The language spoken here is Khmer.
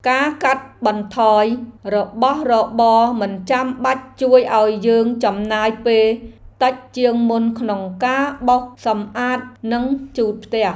ការកាត់បន្ថយរបស់របរមិនចាំបាច់ជួយឱ្យយើងចំណាយពេលតិចជាងមុនក្នុងការបោសសម្អាតនិងជូតផ្ទះ។